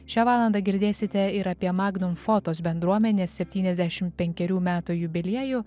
šią valandą girdėsite ir apie magnum fotos bendruomenės septyniasdešim penkerių metų jubiliejų